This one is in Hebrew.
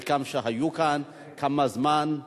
שחלקם היו כאן כמה זמן,